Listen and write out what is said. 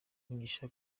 mugisha